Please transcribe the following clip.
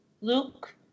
Luke